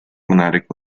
menarik